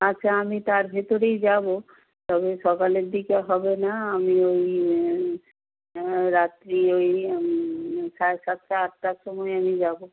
আচ্ছা আমি তার ভেতরেই যাবো তবে সকালের দিকে হবে না আমি ওই রাত্রি ওই সাড়ে সাতটা আটটার সময় আমি যাব